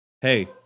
hey